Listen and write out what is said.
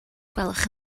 gwelwch